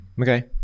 Okay